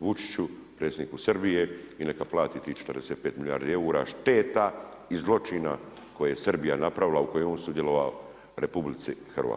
Vučiću, predsjedniku Srbije i neka plati tih 45 milijardi eura šteta i zločina koje je Srbija napravila, u kojem je on sudjelovao, Republici Hrvatskoj.